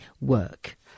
work